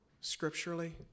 scripturally